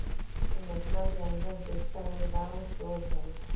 national pension system एकदम शोझ हइ